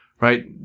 right